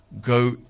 go